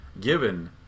given